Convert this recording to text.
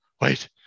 Wait